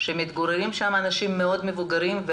שמתגוררים בו אנשים מבוגרים מאוד,